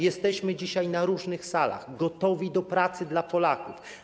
Jesteśmy dzisiaj w różnych salach, gotowi do pracy dla Polaków.